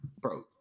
Bro